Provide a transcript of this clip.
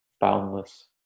boundless